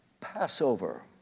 Passover